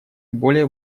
более